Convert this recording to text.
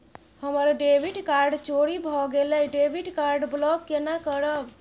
हमर debit card चोरी भगेलै डेबिट कार्ड ब्लॉक केना करब?